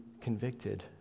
convicted